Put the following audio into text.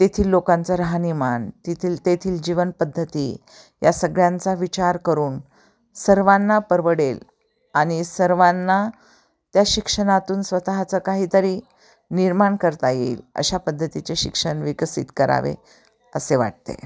तेथील लोकांचं राहणीमान तेिथील तेथील जीवन पद्धती या सगळ्यांचा विचार करून सर्वांना परवडेल आणि सर्वांना त्या शिक्षणातून स्वतःचं काहीतरी निर्माण करता येईल अशा पद्धतीचे शिक्षण विकसित करावे असे वाटते